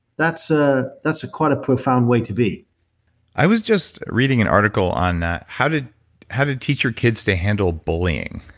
that's ah that's quite a profound way to be i was just reading an article on how to how to teach your kids to handle bullying.